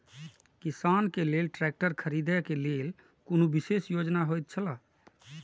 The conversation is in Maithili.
किसान के लेल ट्रैक्टर खरीदे के लेल कुनु विशेष योजना होयत छला?